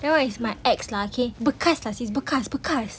that one is my ex lah K bekas lah sis bekas bekas